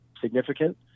significant